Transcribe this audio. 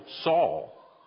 Saul